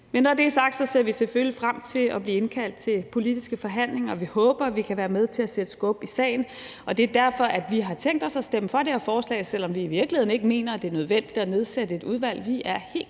når det er sagt, ser vi selvfølgelig frem til at blive indkaldt til politiske forhandlinger, og vi håber, at vi kan være med til at sætte skub i sagen. Det er derfor, at vi har tænkt os at stemme for det her forslag, selv om vi i virkeligheden ikke mener, det er nødvendigt at nedsætte et udvalg.